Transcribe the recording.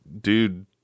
Dude